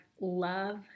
love